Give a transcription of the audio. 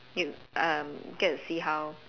you um get to see how